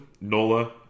Nola